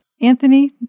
Anthony